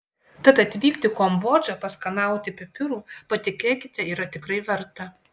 tad atvykti į kambodžą paskanauti pipirų patikėkite yra tikrai verta